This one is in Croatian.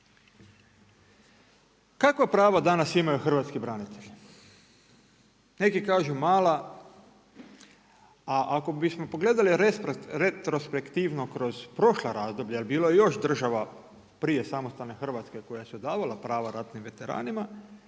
Kava prava danas imaju hrvatski branitelji? Neki kažu mala, a ako bismo pogledali retrospektivno kroz prošla razdoblja jer bilo je još država prije samostalne Hrvatske koja su davala prava ratnim veteranima,